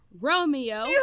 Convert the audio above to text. romeo